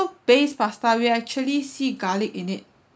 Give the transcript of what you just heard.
based pasta we actually see garlic in it